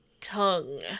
tongue